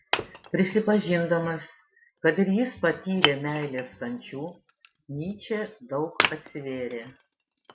prisipažindamas kad ir jis patyrė meilės kančių nyčė daug atsivėrė